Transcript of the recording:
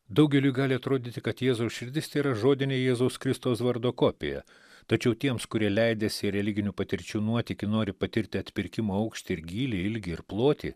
daugeliui gali atrodyti kad jėzaus širdis tėra žodinė jėzaus kristaus vardo kopija tačiau tiems kurie leidęsi į religinių patirčių nuotykį nori patirti atpirkimo aukštį ir gylį ilgį ir plotį